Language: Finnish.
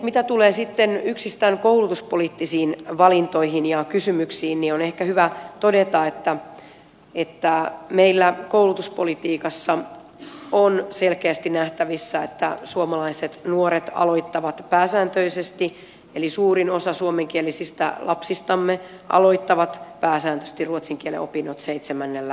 mitä tulee yksistään koulutuspoliittisiin valintoihin ja kysymyksiin niin on ehkä hyvä todeta että meillä koulutuspolitiikassa on selkeästi nähtävissä että suomalaiset nuoret eli suurin osa suomenkielisistä lapsistamme aloittavat pääsääntöisesti ruotsin kielen opinnot seitsemännellä vuosikurssilla